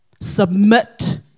submit